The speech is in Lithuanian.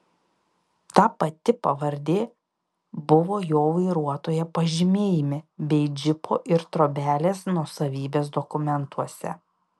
ta pati pavardė buvo jo vairuotojo pažymėjime bei džipo ir trobelės nuosavybės dokumentuose